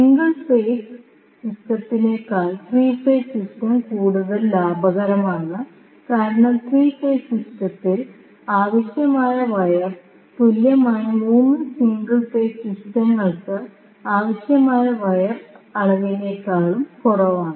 single phase സിസ്റ്റത്തേക്കാൾ 3 phase system കൂടുതൽ ലാഭകരമാണ് കാരണം 3 ഫേസ് സിസ്റ്റത്തിന് ആവശ്യമായ വയർ തുല്യമായ 3 സിംഗിൾ ഫേസ് സിസ്റ്റങ്ങൾക്ക് ആവശ്യമായ വയർ അളവിനേക്കാൾ കുറവാണ്